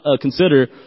consider